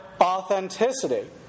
authenticity